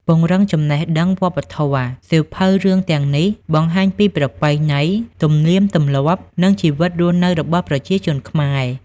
ពង្រឹងចំណេះដឹងវប្បធម៌សៀវភៅរឿងទាំងនេះបង្ហាញពីប្រពៃណី ទំនៀមទម្លាប់ និងជីវិតរស់នៅរបស់ប្រជាជនខ្មែរ។